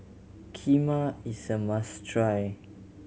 kheema is a must try